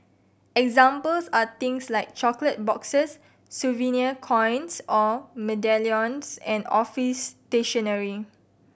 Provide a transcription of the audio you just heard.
examples are things like chocolate boxes souvenir coins or medallions and office stationery